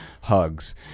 hugs